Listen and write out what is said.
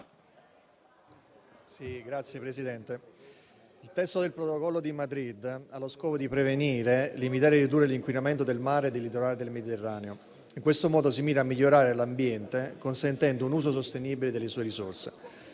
Il testo del Protocollo di Madrid ha lo scopo di prevenire, limitare e ridurre l'inquinamento del mare e dei litorali del Mediterraneo. In questo modo si mira a migliorare l'ambiente, consentendo un uso sostenibile delle sue risorse.